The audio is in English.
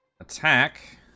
attack